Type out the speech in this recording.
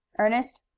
ernest,